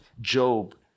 Job